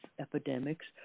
epidemics